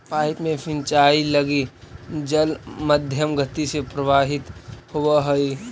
pipe में सिंचाई लगी जल मध्यम गति से प्रवाहित होवऽ हइ